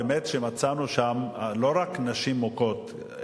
באמת שמצאנו שם לא רק נשים מוכות,